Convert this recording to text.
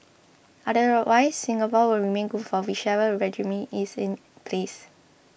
otherwise Singapore will remain good for whichever regime is in place